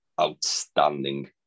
outstanding